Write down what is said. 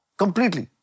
completely